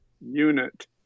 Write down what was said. unit